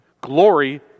Glory